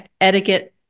etiquette